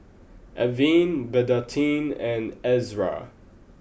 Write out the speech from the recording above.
Avene Betadine and Ezerra